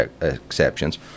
exceptions